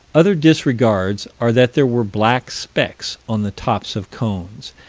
other disregards are that there were black specks on the tops of cones,